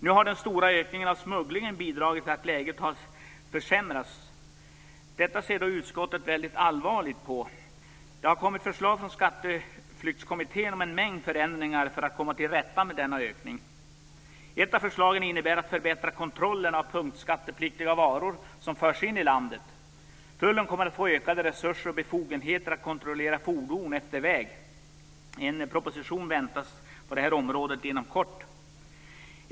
Nu har den stora ökningen av smugglingen bidragit till att läget har försämrats. Detta ser utskottet mycket allvarligt på. Det har kommit förslag från Skatteflyktskommittén om en mängd förändringar för att komma till rätta med denna ökning. Ett av förslagen innebär en förbättring av kontrollen av punktskattepliktiga varor som förs in i landet. Tullen kommer att få ökade resurser och befogenheter att kontrollera fordon efter väg. En proposition på detta område väntas inom kort.